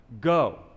go